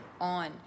on